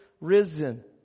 risen